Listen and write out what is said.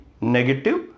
negative